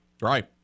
Right